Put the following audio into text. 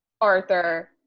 Arthur